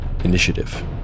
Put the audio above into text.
Initiative